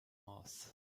moss